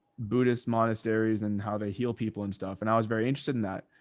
buddhist monasteries and how they heal people and stuff. and i was very interested in that.